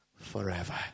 forever